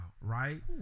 Right